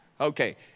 Okay